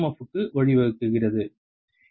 F க்கு வழிவகுக்கிறது ஈ